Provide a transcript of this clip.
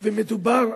ומדובר,